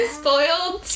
spoiled